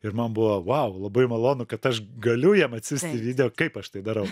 ir man buvo wow labai malonu kad aš galiu jam atsiųsti video kaip aš tai darau